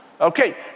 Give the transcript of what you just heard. okay